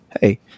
hey